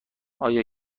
آیا